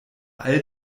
all